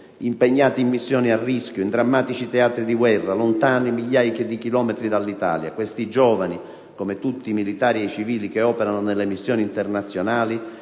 Impegnati in missioni a rischio, in drammatici teatri di guerra, lontani migliaia di chilometri dall'Italia, questi giovani, come tutti i militari e i civili che operano nelle missioni internazionali,